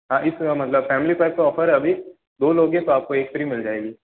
हाँ इस समय मतलब फैमिली पैक ऑफर है अभी दो लोगे तो आपको एक फ्री मिल जाएगी